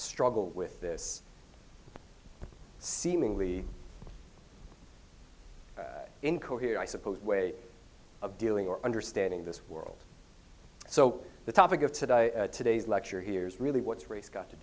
struggle with this seemingly incoherent i suppose way of dealing or understanding this world so the topic of to die today's lecture hears really what's race got to